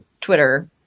Twitter